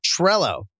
Trello